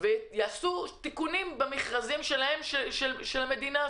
ויעשו תיקונים במכרזים שלהם, של המדינה.